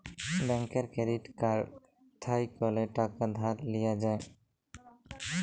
ব্যাংকের credit card থ্যাইকলে টাকা ধার লিয়া যায়